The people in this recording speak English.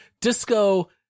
disco